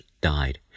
died